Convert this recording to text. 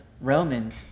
Romans